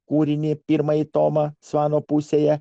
kūrinį pirmąjį tomą svano pusėje